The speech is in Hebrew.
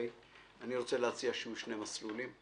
אני רוצה להציע שיהיו שני מסלולים,